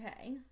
okay